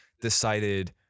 decided